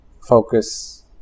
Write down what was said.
focus